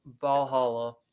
Valhalla